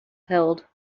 held